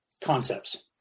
concepts